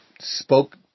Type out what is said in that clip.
spoke